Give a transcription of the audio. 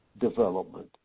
development